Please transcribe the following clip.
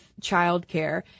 childcare